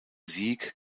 sieg